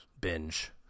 binge